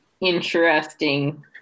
interesting